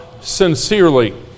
sincerely